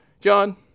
John